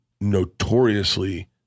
notoriously